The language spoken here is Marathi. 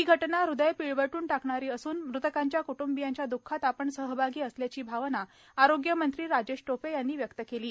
ही घटना हृदय पिळवटून टाकणारी असून मृतकांच्या क्ट्ंबियांच्या द्खात सहभागी असल्याची भावना आरोग्यमंत्री राजेश टोपे यांनी व्यक्त केली आहे